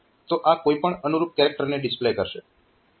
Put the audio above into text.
તો આ કોઈ પણ અનુરૂપ કેરેક્ટરને ડિસ્પ્લે કરશે